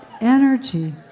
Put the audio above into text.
energy